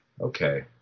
okay